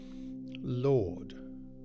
Lord